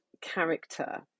character